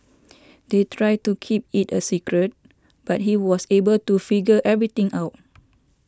they tried to keep it a secret but he was able to figure everything out